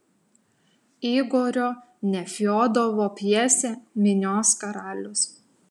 igorio nefiodovo pjesė minios karalius